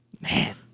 Man